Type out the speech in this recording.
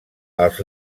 als